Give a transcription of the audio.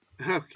okay